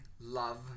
love